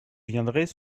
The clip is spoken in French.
viendrez